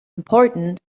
important